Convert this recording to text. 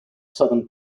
southern